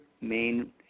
main